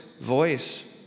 voice